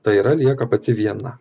tai yra lieka pati viena